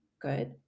good